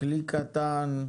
כלי קטן,